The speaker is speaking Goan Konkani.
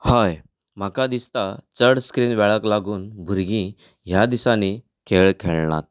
हय म्हाका दिसतां चड स्क्रीन वेळाक लागून भुरगीं ह्या दिसांनी खेळ खेळनात